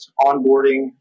onboarding